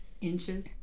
inches